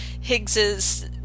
Higgs's